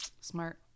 Smart